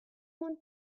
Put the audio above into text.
one